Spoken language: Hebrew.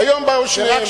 היום באו שניהם.